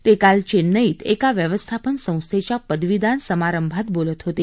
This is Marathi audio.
ते काल चेन्नईत एका व्यवस्थापन संस्थेच्या पदवीदान समारंभात बोलत होते